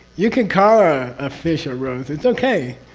you can call ah a fish a rose, it's okay.